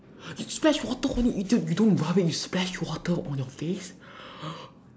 you splash water on you don't you don't rub it you splash water on your face